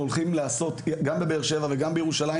אנחנו הולכים לעשות גם בבאר שבע וגם בירושלים